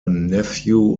nephew